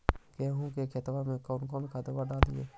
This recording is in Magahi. गेहुआ के खेतवा में कौन खदबा डालिए?